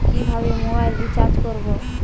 কিভাবে mobile recharge করব?